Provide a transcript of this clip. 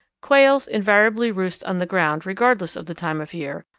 quails invariably roost on the ground regardless of the time of year,